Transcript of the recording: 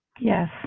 Yes